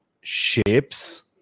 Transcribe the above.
shapes